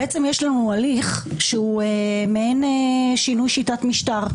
בעצם יש לנו הליך שהוא מעין שינוי שיטת משטר.